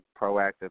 proactive